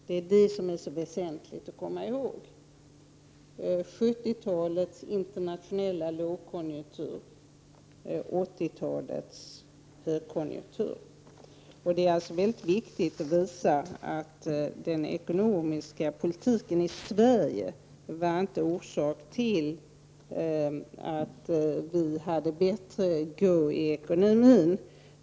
Det är det som är väsentligt att komma ihåg — 70-talets internationella lågkonjunktur och 80-talets högkonjuktur. Det är viktigt att visa att den ekonomiska politiken i Sverige inte var orsaken till att Sverige hade bättre ”go” i ekonomin.